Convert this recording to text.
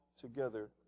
together